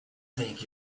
think